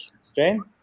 strain